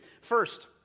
First